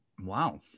Wow